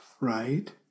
Right